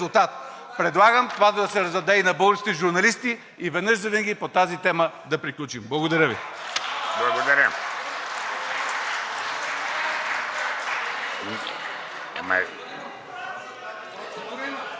Предлагам това да се раздаде на българските журналисти и веднъж завинаги по тази тема да приключим. Благодаря Ви.